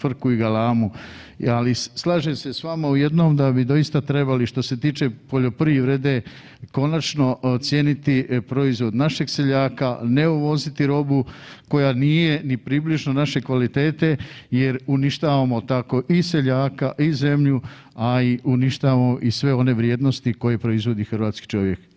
frku i galamu, ali slažem se s vama u jednom da bi doista trebali što se tiče poljoprivrede konačno ocijeniti proizvod našeg seljaka, ne uvoziti robu koja nije ni približno naše kvalitete jer uništavamo tako i seljaka i zemlju, a i uništavamo i sve one vrijednosti koje proizvodi hrvatski čovjek.